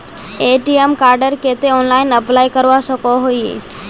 ATM कार्डेर केते online apply करवा सकोहो ही?